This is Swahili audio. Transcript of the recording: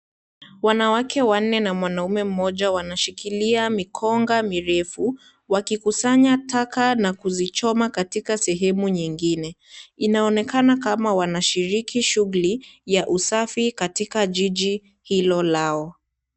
Wanawake wanne na mwanamme mmoja wanashikilia mikonga mirefu wakikusanya taka na kuzichoma katika sehemu nyingine. Inaonekana kama wanashiriki shughuli ya usafi katika jiji hilo lao.